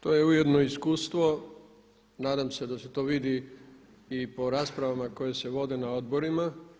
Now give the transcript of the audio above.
To je ujedno iskustvo, nadam se da se to vidi i po raspravama koje se vode na odborima.